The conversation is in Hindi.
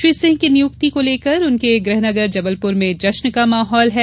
श्री सिंह की नियुक्ति को लेकर उनके गृहनगर जबलपुर में जश्न का माहौल है